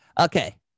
Okay